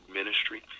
ministry